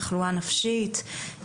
תחלואה נפשית,